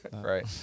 Right